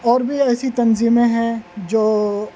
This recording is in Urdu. اور بھی ایسی تنظیمیں ہیں جو